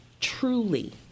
truly